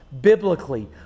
biblically